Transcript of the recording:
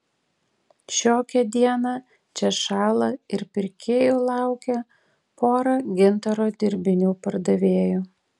šiokią dieną čia šąla ir pirkėjų laukia pora gintaro dirbinių pardavėjų